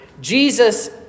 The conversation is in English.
Jesus